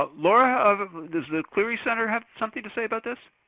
but laura, ah does the clery center have something to say about this?